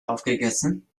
aufgegessen